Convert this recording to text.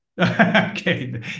okay